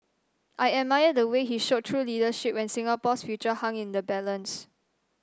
I admire the way he showed true leadership when Singapore's future hung in the balance